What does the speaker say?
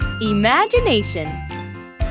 imagination